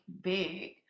big